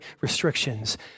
restrictions